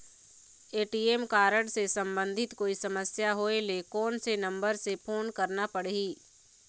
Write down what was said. ATM card से संबंधित कोई समस्या होय ले, कोन से नंबर से फोन करना पढ़ही?